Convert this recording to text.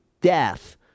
death